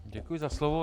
Děkuji za slovo.